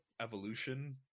evolution